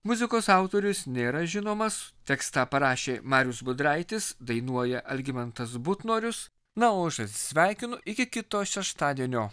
muzikos autorius nėra žinomas tekstą parašė marijus budraitis dainuoja algimantas butnorius na o aš atsisveikinu iki kito šeštadienio